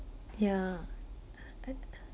yeah